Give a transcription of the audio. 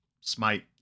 smite